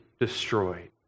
destroyed